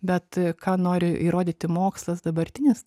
bet ką nori įrodyti mokslas dabartinis